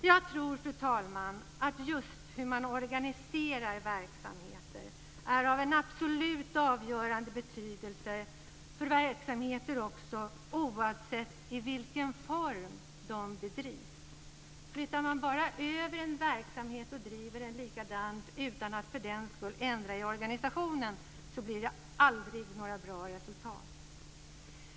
Jag tror, fru talman, att just hur man organiserar verksamheter är av absolut avgörande betydelse för verksamheter oavsett i vilken form de bedrivs. Flyttar man bara över en verksamhet och driver den likadant utan att ändra i organisationen blir det aldrig några bra resultat.